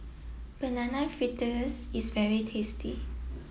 Banana Fritters is very tasty